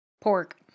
pork